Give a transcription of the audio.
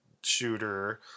shooter